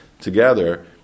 together